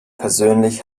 persönlich